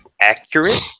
accurate